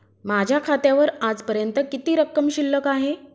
माझ्या खात्यावर आजपर्यंत किती रक्कम शिल्लक आहे?